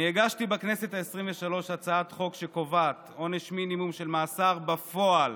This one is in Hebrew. הגשתי בכנסת העשרים-ושלוש הצעת חוק שקובעת עונש מינימום של מאסר בפועל